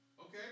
Okay